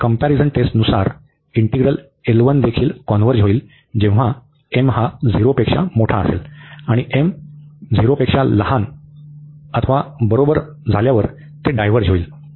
तर कंपॅरिझन टेस्टनुसार इंटीग्रल देखील कॉन्व्हर्ज होईल जेव्हा असेल आणि m≤0 झाल्यावर ते डायव्हर्ज होईल